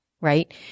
Right